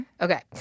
Okay